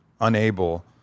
unable